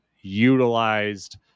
utilized